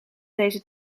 deze